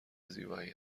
زیبایی